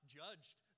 judged